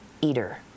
eater